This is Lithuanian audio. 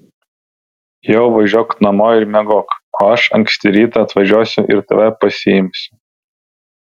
jau važiuok namo ir miegok o aš anksti rytą atvažiuosiu ir tave pasiimsiu